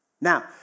Now